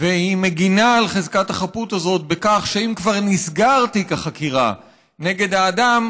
והיא מגינה על חזקת החפות הזאת בכך שאם כבר נסגר תיק החקירה נגד האדם,